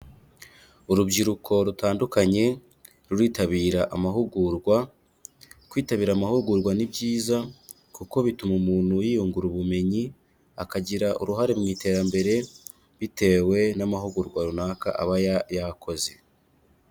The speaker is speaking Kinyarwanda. Urubyiruko rutandukanye ruritabira amahugurwa, kwitabira amahugurwa ni byiza kuko bituma umuntu yiyungura ubumenyi, akagira uruhare mu iterambere bitewe n'amahugurwa runaka aba yakoze.